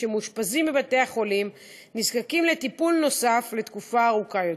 שמאושפזים בבתי-החולים נזקקים לטיפול נוסף לתקופה ארוכה יותר.